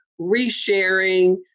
resharing